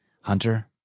Hunter